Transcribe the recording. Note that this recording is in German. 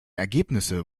ergebnisse